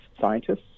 scientists